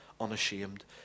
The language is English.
unashamed